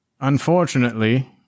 Unfortunately